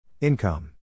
Income